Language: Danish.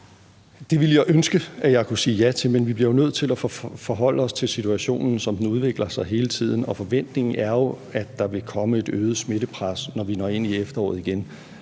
Det ville jeg ønske jeg kunne sige ja til, men vi bliver nødt til at forholde os til situationen, som den udvikler sig hele tiden, og forventningen er jo, at der igen vil komme et øget smittepres, når vi når ind i efteråret.